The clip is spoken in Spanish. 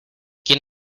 quién